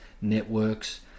networks